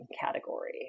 category